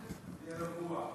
די רגוע.